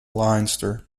leinster